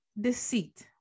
deceit